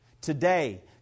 Today